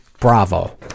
Bravo